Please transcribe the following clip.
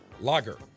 Lager